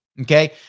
okay